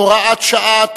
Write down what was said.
הוראת שעה),